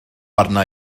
arna